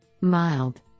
Mild